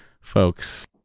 folks